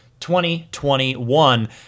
2021